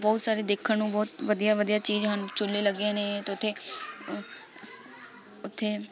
ਬਹੁਤ ਸਾਰੇ ਦੇਖਣ ਨੂੰ ਬਹੁਤ ਵਧੀਆ ਵਧੀਆ ਚੀਜ਼ ਹਨ ਝੂਲੇ ਲੱਗੇ ਨੇ ਅਤੇ ਉੱਥੇ ਉੱਥੇ